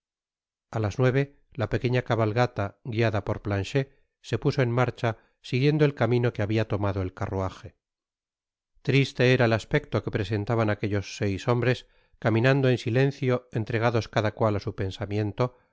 a las nueve la pequeña cabalgata guiada por planchet se puso en marcha siguiendo el camino que habia tomado el carruaje triste era el aspecto que presentaban aquellos seis hombres caminando en silencio entregados cada cual á su pensamiento